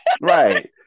Right